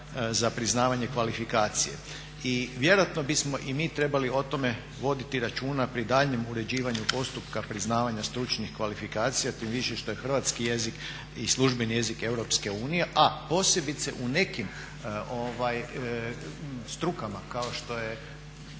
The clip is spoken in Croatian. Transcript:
za priznavanje kvalifikacije. I vjerojatno bismo i mi trebali o tome voditi računa pri daljnjem uređivanju postupka priznavanja stručnih kvalifikacija, tim više što je hrvatski jezik i službeni jezik EU, a posebice u nekim strukama kao što je